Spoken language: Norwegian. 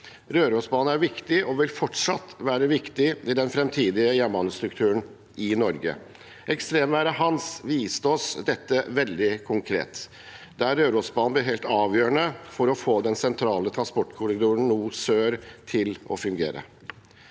Rørosbanen er viktig og vil fortsatt være viktig i den framtidige jernbanestrukturen i Norge. Ekstremværet Hans viste oss dette veldig konkret, der Rørosbanen ble helt avgjørende for å få den sentrale transportkorridoren nord–sør til å fungere.